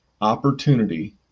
opportunity